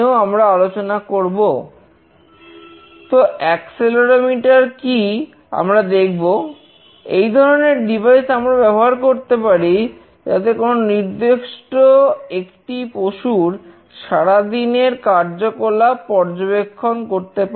আমাদের কাছে অ্যাক্সেলেরোমিটার আমরা ব্যবহার করতে পারি যাতে কোনো নির্দিষ্ট একটি পশুর সারাদিনে কার্যকলাপ পর্যবেক্ষণ করতে পারি